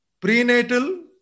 prenatal